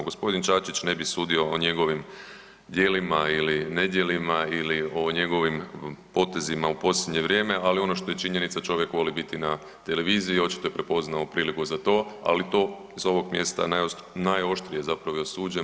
Gospodin Čačić ne bi sudio o njegovim djelima ili nedjelima ili o njegovim potezima u posljednje vrijeme, ali ono što je činjenica čovjek voli biti na televiziji, očito je prepoznao priliku za to, ali to iz ovog mjesta najoštrije zapravo i osuđujem.